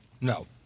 No